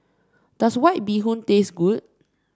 does White Bee Hoon taste good